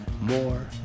more